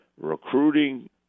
recruiting